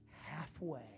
halfway